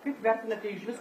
kaip vertinate išvis